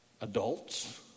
adults